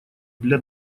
для